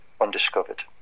undiscovered